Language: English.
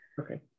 Okay